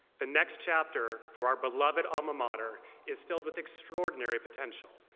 the next chapter for our beloved alma mater is filled with extraordinary potential,